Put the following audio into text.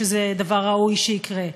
שזה דבר ראוי שיקרה,